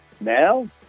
Now